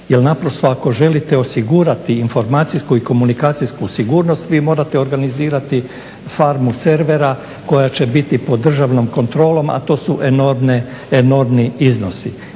naprosto ako želite osigurati informacijsku i komunikacijsku sigurnost, vi morate organizirati farmu servera koja će biti pod državnom kontrolom, a to su enormni iznosi.